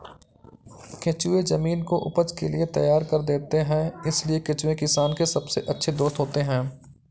केंचुए जमीन को उपज के लिए तैयार कर देते हैं इसलिए केंचुए किसान के सबसे अच्छे दोस्त होते हैं